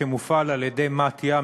שמופעל על-ידי מתי״א,